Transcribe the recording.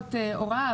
"תומכות הוראה".